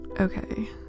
Okay